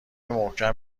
محکم